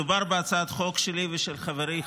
מדובר בהצעת חוק שלי ושל חברי,